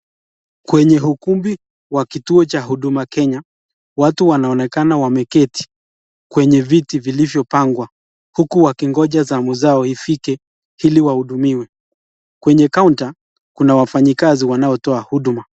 Kwenye ukumbi wa kituo cha huduma Kenya watu wanaonekana wameketi kwenye viti vilivyopangwa huku wakingoja zamu zao ifike, ili wahudumiwe. Kwenye kaunta kuna wafanyikazi wanaotoa huduma.